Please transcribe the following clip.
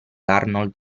arnold